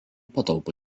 patalpų